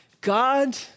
God